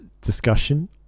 discussion